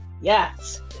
Yes